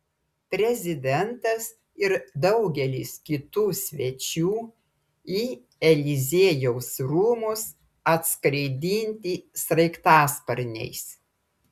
prezidentas ir daugelis kitų svečių į eliziejaus rūmus atskraidinti sraigtasparniais